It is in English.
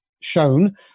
shown